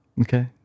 Okay